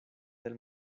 del